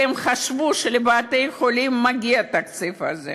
והם חשבו שלבתי-החולים מגיע התקציב הזה,